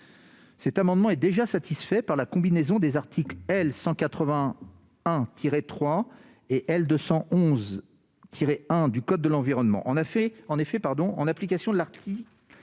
territoriale, est déjà satisfait par la combinaison des articles L. 181-3 et L. 211-1 du code de l'environnement.